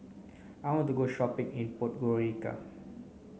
I want to go shopping in Podgorica